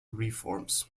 reforms